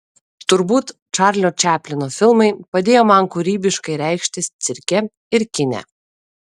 turbūt čarlio čaplino filmai padėjo man kūrybiškai reikštis cirke ir kine